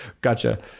Gotcha